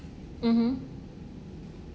mmhmm